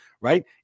right